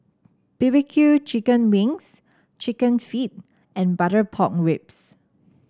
B B Q Chicken Wings chicken feet and Butter Pork Ribs